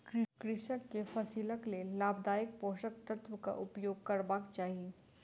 कृषक के फसिलक लेल लाभदायक पोषक तत्वक उपयोग करबाक चाही